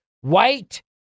white